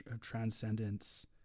transcendence